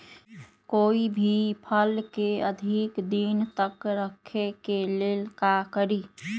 कोई भी फल के अधिक दिन तक रखे के लेल का करी?